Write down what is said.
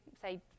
say